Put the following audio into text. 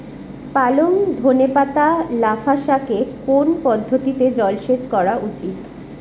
পালং ধনে পাতা লাফা শাকে কোন পদ্ধতিতে জল সেচ করা উচিৎ?